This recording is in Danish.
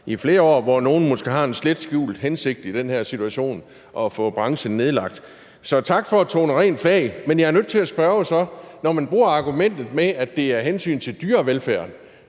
i flere år. Altså hvor nogle måske har en slet skjult hensigt, i den her situation, om at få branchen nedlagt. Så tak for at tone rent flag. Men jeg er så nødt til at spørge: Når man bruger argumentet med, at det er af hensyn til dyrevelfærden,